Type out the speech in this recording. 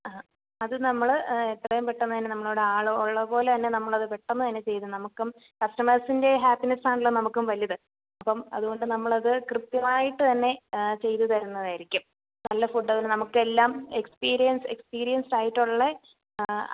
ആ അത് നമ്മൾ എത്രയും പെട്ടെന്ന് തന്നെ നമ്മളുടെ ഇവിടെ ആൾ ഉള്ളത് പോലെ തന്നെ നമ്മൾ അത് പെട്ടെന്ന് തന്നെ ചെയ്യും നമുക്കും കസ്റ്റമേസിന്റെ ഹാപ്പിനെസ് ആണല്ലൊ നമുക്കും വലുത് അപ്പം അതുകൊണ്ട് നമ്മളത് കൃത്യമായിട്ട് തന്നെ ചെയ്ത് തരുന്നതായിരിക്കും നല്ല ഫുഡ് അത് നമുക്ക് എല്ലാം എക്സ്പീര്യന്സ് എക്സ്പീര്യന്സ് ആയിട്ടുള്ള